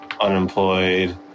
unemployed